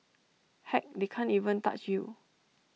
heck they can't even touch you